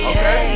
Okay